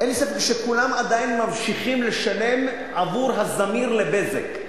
אין ספק שכולם עדיין ממשיכים לשלם עבור ה"זמיר" ל"בזק".